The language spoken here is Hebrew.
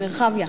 מרחביה.